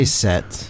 set